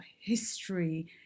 history